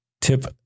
Tip